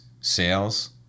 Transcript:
sales